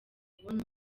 kubona